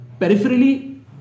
peripherally